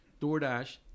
DoorDash